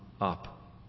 up